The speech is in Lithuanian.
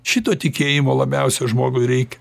šito tikėjimo labiausiai žmogui reikia